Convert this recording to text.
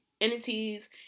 entities